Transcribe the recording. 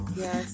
Yes